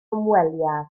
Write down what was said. hymweliad